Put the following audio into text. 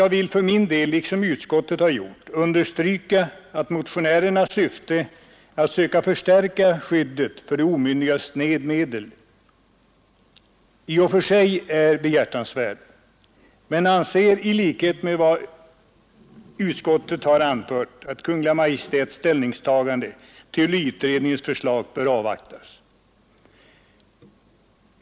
Jag vill för min del, liksom utskottet gjort, understryka att motionärernas syfte att söka förstärka skyddet för de omyndigas medel i och för sig är behjärtansvärt, men jag anser i likhet med utskottet att Kungl. Maj:ts ställningstagande till förmynderskapsutredningens förslag bör avvaktas.